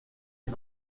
est